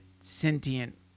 sentient